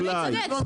דוד צודק,